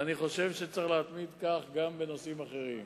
אני חושב שצריך להתמיד כך גם בנושאים אחרים.